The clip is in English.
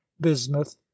bismuth